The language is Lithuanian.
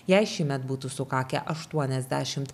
jai šįmet būtų sukakę aštuoniasdešimt